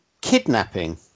Kidnapping